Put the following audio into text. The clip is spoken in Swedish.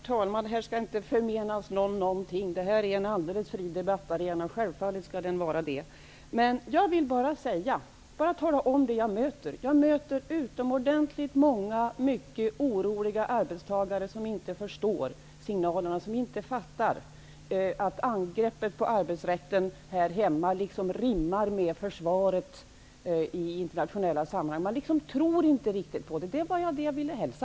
Herr talman! Här skall inte förmenas någon någonting. Riksdagen är en alldeles fri debattarena och skall självfallet vara det. Men jag ville bara berätta om det jag möter. Jag möter utomordentligt många mycket oroliga arbetstagare som inte förstår signalerna, som inte fattar att angreppet på arbetsrätten här hemma kan rimma med försvaret för kollektivavtalen i internationella sammanhang. Man tror inte riktigt på det, och det var det jag ville hälsa.